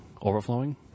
overflowing